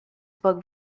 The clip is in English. spoke